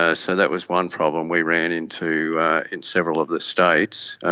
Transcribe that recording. ah so that was one problem we ran into in several of the states.